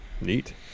Neat